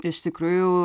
iš tikrųjų